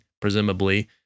presumably